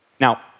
Now